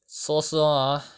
so so ah